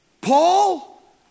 Paul